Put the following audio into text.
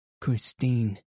Christine